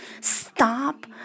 Stop